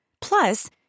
Plus